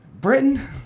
Britain